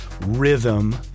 rhythm